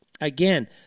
again